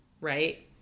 right